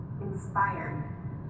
inspired